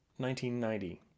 1990